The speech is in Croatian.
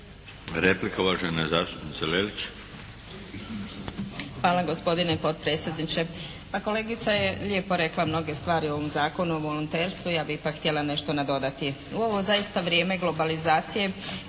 Replika, uvažena zastupnica Lelić.